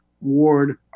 Ward